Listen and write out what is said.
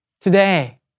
today